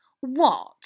What